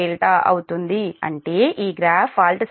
5113sin అవుతుంది అంటే ఈ గ్రాఫ్ ఫాల్ట్ సమయంలో 0